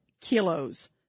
kilos